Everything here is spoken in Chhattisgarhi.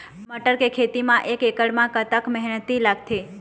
मटर के खेती म एक एकड़ म कतक मेहनती लागथे?